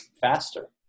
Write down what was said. faster